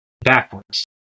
backwards